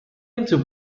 into